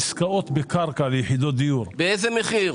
עסקאות בקרקע ליחידות דיור --- באיזה מחיר?